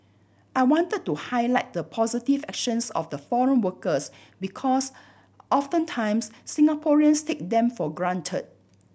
I wanted to highlight the positive actions of the foreign workers because oftentimes Singaporeans take them for granted